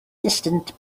distant